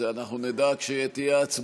את זה אנחנו נדע רק כשתהיה ההצבעה.